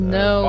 no